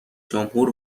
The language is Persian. جمهور